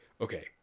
okay